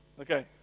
Okay